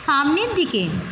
সামনের দিকে